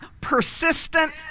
persistent